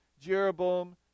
jeroboam